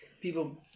People